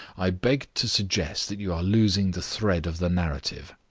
i beg to suggest that you are losing the thread of the narrative.